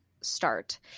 start